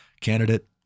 candidate